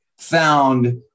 found